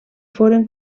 foren